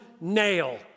nail